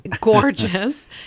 Gorgeous